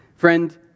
Friend